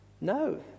no